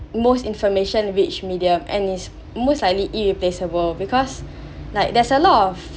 most information which medium and is most likely irreplaceable because like there's a lot of